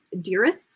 dearest